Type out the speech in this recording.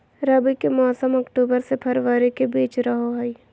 रबी के मौसम अक्टूबर से फरवरी के बीच रहो हइ